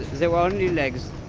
they are only legs,